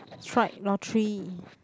strike lottery